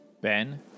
Ben